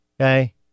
Okay